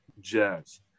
jazz